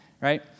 right